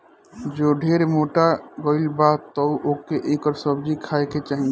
जे ढेर मोटा गइल बा तअ ओके एकर सब्जी खाए के चाही